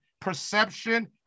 perception